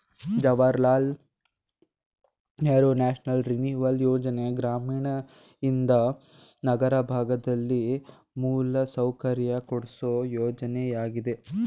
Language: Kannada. ಜವಾಹರ್ ಲಾಲ್ ನೆಹರೂ ನ್ಯಾಷನಲ್ ರಿನಿವಲ್ ಯೋಜನೆ ಗ್ರಾಮೀಣಯಿಂದ ನಗರ ಭಾಗದಲ್ಲಿ ಮೂಲಸೌಕರ್ಯ ಕೊಡ್ಸು ಯೋಜನೆಯಾಗಿದೆ